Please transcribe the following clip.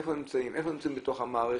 איפה הם נמצאים בתוך המערכת,